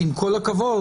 שעם כל הכבוד,